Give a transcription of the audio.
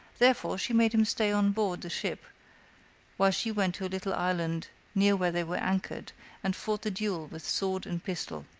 therefore, she made him stay on board the ship while she went to a little island near where they were anchored and fought the duel with sword and pistol.